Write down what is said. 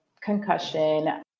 concussion